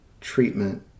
treatment